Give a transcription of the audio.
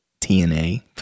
TNA